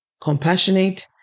compassionate